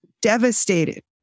devastated